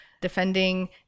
defending